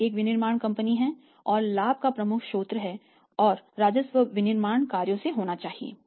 हम एक विनिर्माण कंपनी हैं और लाभ का प्रमुख स्रोत हैं और राजस्व विनिर्माण कार्यों से होना चाहिए